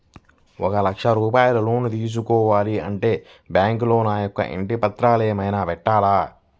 ఒక లక్ష రూపాయలు లోన్ తీసుకోవాలి అంటే బ్యాంకులో నా యొక్క ఇంటి పత్రాలు ఏమైనా పెట్టాలా?